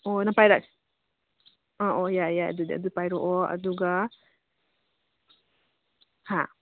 ꯑꯣ ꯅꯪ ꯑꯣ ꯑꯣ ꯌꯥꯏ ꯌꯥꯏ ꯑꯗꯨꯗꯤ ꯑꯗꯨ ꯄꯥꯏꯔꯛꯑꯣ ꯑꯗꯨꯒ ꯍꯥ